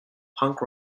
punk